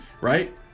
right